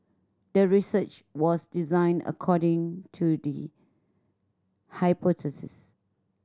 the research was designed according to the hypothesis